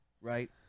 right